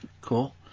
Cool